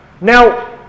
Now